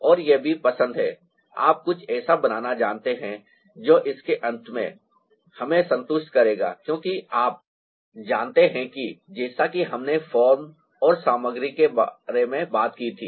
और यह भी पसंद है आप कुछ ऐसा बनाना जानते हैं जो इसके अंत में हमें संतुष्ट करेगा क्योंकि आप जानते हैं कि जैसा कि हमने फॉर्म और सामग्री के बारे में बात की थी